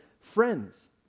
friends